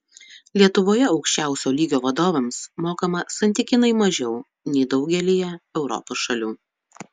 lietuvoje aukščiausio lygio vadovams mokama santykinai mažiau nei daugelyje europos šalių